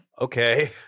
Okay